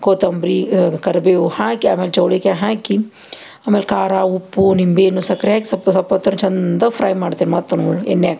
ಕೊತ್ತಂಬ್ರಿ ಕರಿಬೇವು ಹಾಕಿ ಆಮೇಲೆ ಚೌಳಿಕಾಯಿ ಹಾಕಿ ಆಮೇಲೆ ಖಾರ ಉಪ್ಪು ನಿಂಬೆಹಣ್ಣು ಸಕ್ಕರೆ ಹಾಕಿ ಸ್ವಲ್ಪ ಸ್ವಲ್ಪ ಹೊತ್ತನ ಚಂದ ಫ್ರೈ ಮಾಡ್ತೀನಿ ಮತ್ತು ಎಣ್ಣೆಯಾಗ